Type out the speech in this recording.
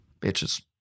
Bitches